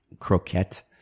croquette